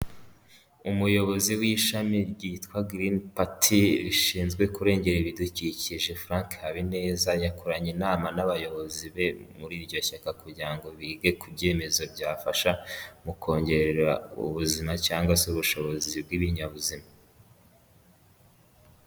Umuyobozi w'ishami ryitwa Girini pati, rishinzwe kurengera ibidukikije Frank Habineza, yakoranye inama n'abayobozi be muri iryo shyaka kugira ngo bige ku byemezo byafasha nko kongerera ubuzima cyangwa se ubushobozi bw'ibinyabuzima.